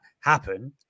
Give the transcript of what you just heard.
happen